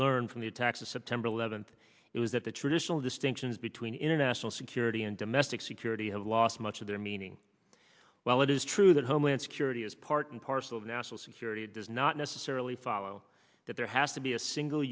learned from the attacks of september eleventh it was that the traditional distinctions between international security and domestic security have lost much of their meaning while it is true that homeland security is part and parcel of national security it does not necessarily follow that there has to be a single